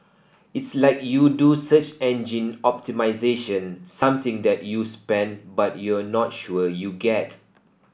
it's like you do search engine optimisation something that you spend but you're not sure you get